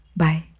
bye